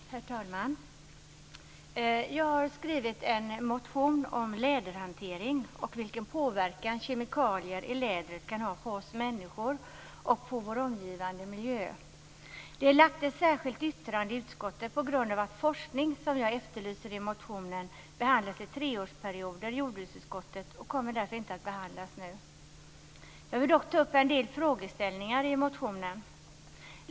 Herr talman! Jag har skrivit en motion om läderhantering och om vilken påverkan kemikalier i lädret kan ha på oss människor och på vår omgivande miljö. Ett särskilt yttrande har lagts fram i utskottet på grund av att den forskning som jag efterlyser i motionen behandlas i treårsperioder i jordbruksutskottet. Den kommer därför inte att behandlas nu. Jag vill dock ta upp en del frågeställningar i motionen.